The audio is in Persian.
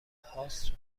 هاست